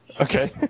Okay